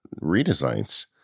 redesigns